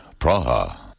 Praha